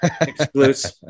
exclusive